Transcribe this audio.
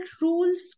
rules